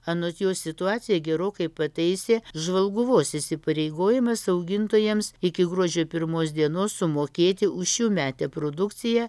anot jo situaciją gerokai pataisė žvalguvos įsipareigojimas augintojams iki gruodžio pirmos dienos sumokėti už šiųmetę produkciją